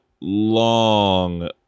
long